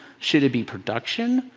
should it be production?